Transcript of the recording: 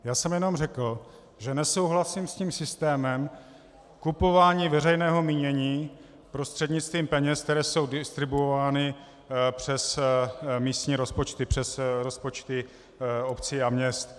Já jsem jenom řekl, že nesouhlasím s tím systémem kupování veřejného mínění prostřednictvím peněz, které jsou distribuovány přes místní rozpočty, přes rozpočty obcí a měst.